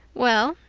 well,